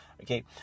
Okay